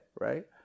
right